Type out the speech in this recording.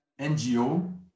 NGO